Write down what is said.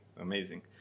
Amazing